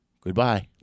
Goodbye